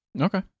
Okay